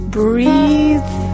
breathe